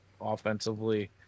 offensively